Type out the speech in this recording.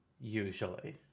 usually